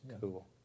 Cool